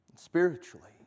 Spiritually